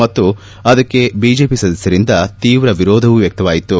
ಮತ್ತು ಅದಕ್ಕೆ ಬಿಜೆಪಿ ಸದಸ್ಯರಿಂದ ತೀವ್ರ ವಿರೋಧವೂ ವ್ವಕ್ತವಾಯಿತು